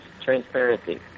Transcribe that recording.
Transparency